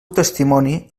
testimoni